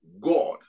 God